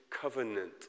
covenant